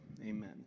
Amen